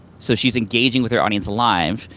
so she's engaging with her audience live.